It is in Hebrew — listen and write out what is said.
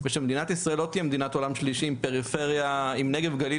ושמדינת ישראל לא תהיה מדינת עולם שלישי עם נגב גליל